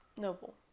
Noble